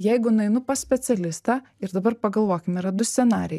jeigu nueinu pas specialistą ir dabar pagalvokim yra du scenarijai